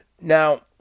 Now